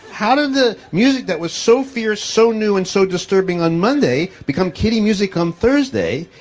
how did the music that was so fierce, so new and so disturbing on monday become kiddie music on thursday?